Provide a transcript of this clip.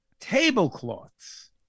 Tablecloths